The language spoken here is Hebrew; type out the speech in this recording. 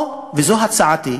או, וזו הצעתי,